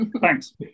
thanks